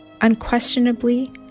Unquestionably